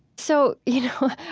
so, you know,